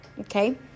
Okay